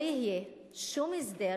לא יהיה שום הסדר,